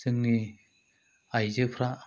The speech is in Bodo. जोंनि आयजोफ्रा